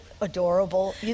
adorable